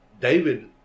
David